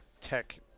tech